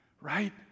Right